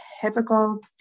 typical